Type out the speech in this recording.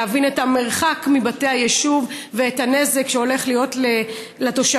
להבין את המרחק מבתי היישוב ואת הנזק שהולך להיות לתושבים.